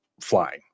flying